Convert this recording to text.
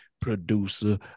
producer